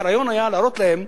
הרעיון היה להראות להם,